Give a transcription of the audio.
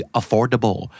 affordable